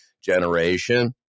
generation